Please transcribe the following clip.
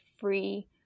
free